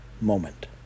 moment